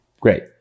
Great